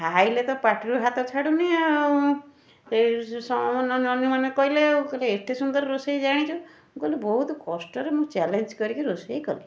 ଖାଇଲେ ତ ପାଟିରୁ ହାତ ଛାଡ଼ୁନି ଆଉ ଅନ୍ୟମାନେ କହିଲେ କହିଲେ ଏତେ ସୁନ୍ଦର ରୋଷେଇ ଜାଣିଛୁ ମୁଁ କହିଲି ବହୁତ କଷ୍ଟରେ ମୁଁ ଚ୍ୟାଲେଞ୍ଜ କରିକି ରୋଷେଇ କଲି